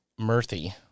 Murthy